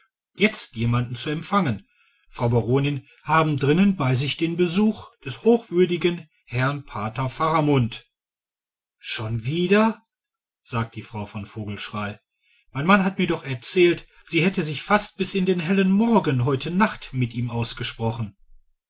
jetzt jemanden zu empfangen frau baronin haben drinnen bei sich den besuch des hochwürdigen herrn pater faramund schon wieder sagt die frau von vogelschrey mein mann hat mir doch erzählt sie hätte sich fast bis in den hellen morgen heute nacht mit ihm ausgesprochen